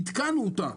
עדכנו אותה